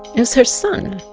it was her son.